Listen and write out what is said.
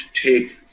take